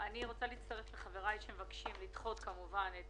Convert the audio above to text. אני רוצה להצטרף לחבריי שמבקשים כמובן לדחות את